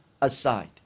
aside